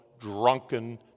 drunken